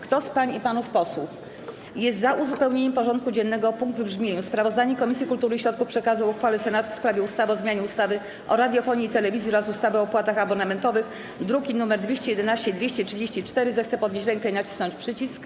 Kto z pań i panów posłów jest za uzupełnieniem porządku dziennego o punkt w brzmieniu: Sprawozdanie Komisji Kultury i Środków Przekazu o uchwale Senatu w sprawie ustawy o zmianie ustawy o radiofonii i telewizji oraz ustawy o opłatach abonamentowych, druki nr 211 i 234, zechce podnieść rękę i nacisnąć przycisk.